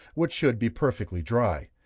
which should be perfectly dry.